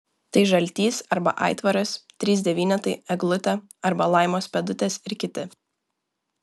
tai žaltys arba aitvaras trys devynetai eglutė arba laimos pėdutės ir kiti